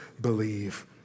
believe